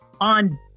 on